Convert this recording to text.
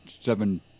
seven